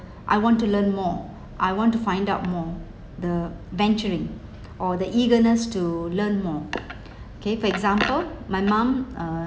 I want to learn more I want to find out more the venturing or the eagerness to learn more okay for example my mom uh